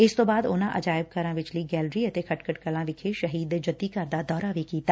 ਇਸ ਤੋ' ਬਾਅਦ ਉਨੂਾ ਅਜਾਇਬ ਘਰਾਂ ਵਿਚਲੀ ਗੈਲਰੀ ਅਤੇ ਖਟਕੜ ਕਲਾਂ ਵਿਖੇ ਸ਼ਹੀਦ ਦੇ ਜੱਦੀ ਘਰ ਦਾ ਦੌਰਾ ਵੀ ਕੀਤਾ